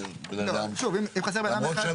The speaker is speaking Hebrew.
אם הוא לא